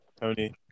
Tony